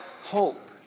hope